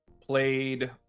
Played